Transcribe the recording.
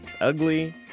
ugly